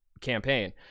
campaign